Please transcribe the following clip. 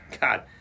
God